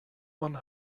one